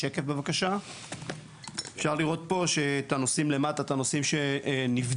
בבקשה אפשר לראות פה את הנושאים למטה את הנושאים שנבדקו